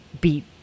beat